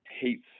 hates